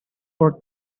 for